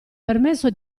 permesso